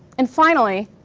and finally